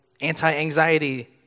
anti-anxiety